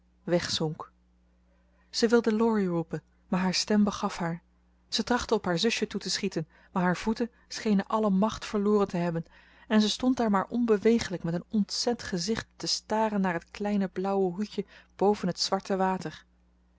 wegzonk ze wilde laurie roepen maar haar stem begaf haar zij trachtte op haar zusje toe te schieten maar haar voeten schenen alle macht verloren te hebben en ze stond daar maar onbeweeglijk met een ontzet gezicht te staren naar het kleine blauwe hoedje boven het zwarte water